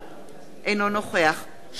אינו נוכח שאול מופז,